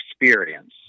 experience